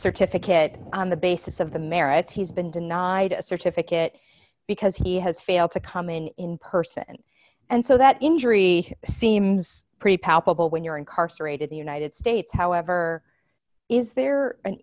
certificate on the basis of the marriage he's been denied a certificate because he has failed to come in in person and so that injury seems pretty palpable when you're incarcerated the united states however is there an